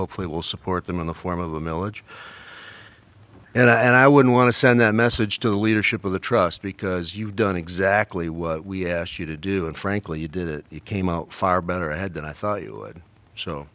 hopefully will support them in the form of a millage and i would want to send that message to the leadership of the trust because you've done exactly what we asked you to do and frankly you did it you came out far better had than i thought you